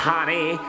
Honey